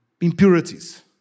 impurities